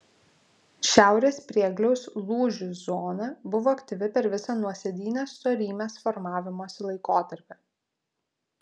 šiaurės priegliaus lūžių zona buvo aktyvi per visą nuosėdinės storymės formavimosi laikotarpį